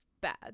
bad